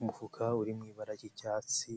Umufuka uri mu ibara ry'icyatsi